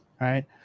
right